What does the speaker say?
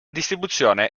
distribuzione